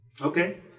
Okay